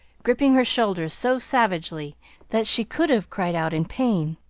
gripping her shoulders so savagely that she could have cried out in pain.